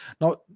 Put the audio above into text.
Now